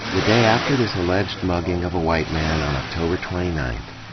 the day after this alleged mugging of a white man on october twenty ninth,